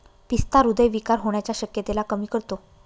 पिस्ता हृदय विकार होण्याच्या शक्यतेला कमी करतो